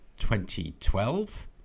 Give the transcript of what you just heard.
2012